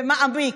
ומעמיק,